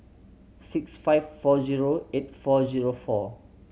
six five four zero eight four zero four